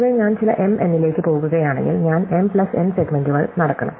പൊതുവേ ഞാൻ ചില m n ലേക്ക് പോകുകയാണെങ്കിൽ ഞാൻ m പ്ലസ് n സെഗ്മെന്റുകൾ നടക്കണം